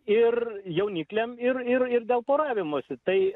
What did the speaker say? ir jaunikliam ir ir ir dėl poravimosi tai